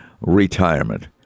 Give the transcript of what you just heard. retirement